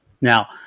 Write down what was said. Now